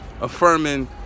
Affirming